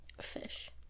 Fish